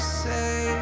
say